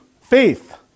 Faith